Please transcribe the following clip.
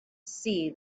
see